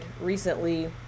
recently